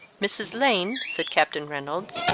mrs. lane, said captain reynolds,